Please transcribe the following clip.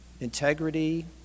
Integrity